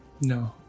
No